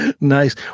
Nice